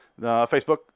Facebook